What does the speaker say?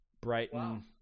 Brighton